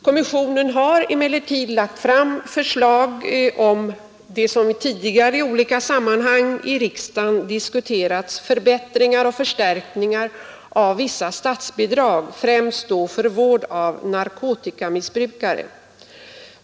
Kommissionen har emellertid lagt fram förslag om det som tidigare i olika sammanhang har diskuterats i riksdagen, nämligen förbättringar och förstärkningar av vissa statsbidrag, främst då för vård av narkotikamissbrukare.